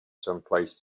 someplace